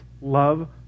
love